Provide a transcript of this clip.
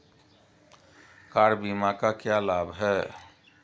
Car बीमा का क्या लाभ है?